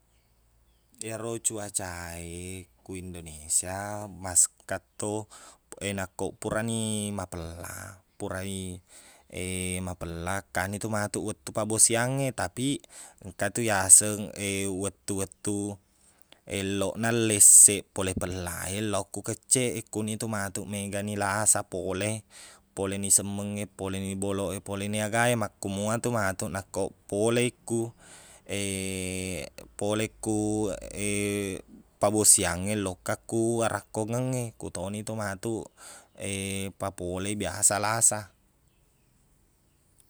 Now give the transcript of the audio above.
Iyaro cuaca e ku Indonesia, masekkang to e nako purani mapella. Purai mapella, kanitu matuq wettu pabbosiangnge. Tapiq engka tu iyaseng wettu-wettu eloqna lesseq pole pellae loko kecceq e. Konitu matuq maegani lasa pole. Poleni semmengnge, poleni boloq e, poleni agae. Makkumoatu matuq nakko polei ku- pole ku pabbosiangnge lokkaku warakkongengnge. Kutonitu matuq papolei biasa lasa.